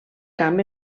camp